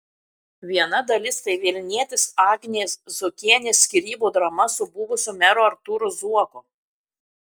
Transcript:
viena dalis tai vilnietės agnės zuokienės skyrybų drama su buvusiu meru artūru zuoku